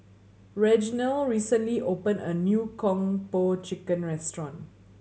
Reginal recently opened a new Kung Po Chicken restaurant